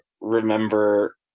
remember